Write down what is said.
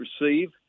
receive